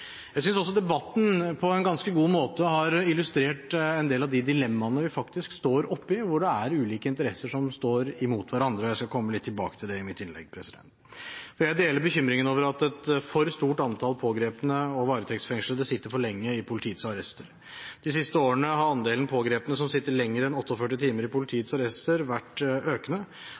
Jeg synes også debatten på en ganske god måte har illustrert en del av de dilemmaene vi faktisk står oppe i, hvor det er ulike interesser som står imot hverandre. Jeg skal komme litt tilbake til det i mitt innlegg. Jeg deler bekymringen over at et for stort antall pågrepne og varetektsfengslede sitter for lenge i politiets arrester. De siste årene har andelen pågrepne som sitter lenger enn 48 timer i politiets arrester, vært økende.